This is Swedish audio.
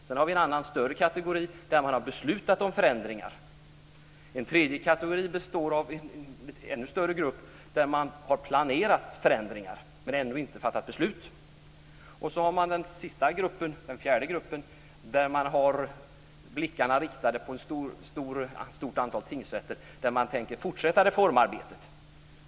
Sedan har vi en annan, större kategori där man har beslutat om förändringar. En tredje kategori består av en ännu större grupp där man har planerat förändringar men ännu inte fattat beslut. Så är det den fjärde gruppen, där man har blickarna riktade på ett stort antal tingsrätter där man tänker fortsätta reformarbetet.